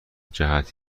جهت